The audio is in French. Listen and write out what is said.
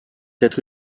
être